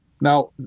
Now